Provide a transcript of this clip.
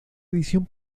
edición